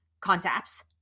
concepts